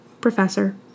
Professor